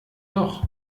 doch